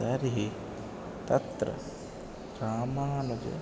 तर्हि तत्र रामानुजः